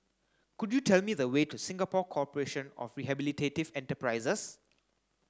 could you tell me the way to Singapore Corporation of Rehabilitative Enterprises